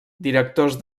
directors